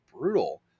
brutal